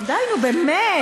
די, נו באמת.